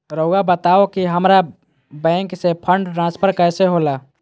राउआ बताओ कि हामारा बैंक से फंड ट्रांसफर कैसे होला?